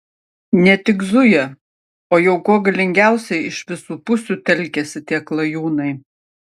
ne tik zuja o jau kuo galingiausiai iš visų pusių telkiasi tie klajūnai